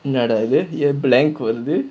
என்னடா இது:ennadaa idhu blank வருது:varuthu